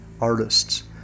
artists